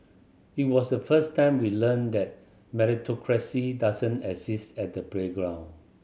it was the first time we learnt that meritocracy doesn't exist at the playground